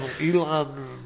Elon